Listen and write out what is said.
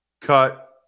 Cut